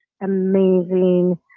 amazing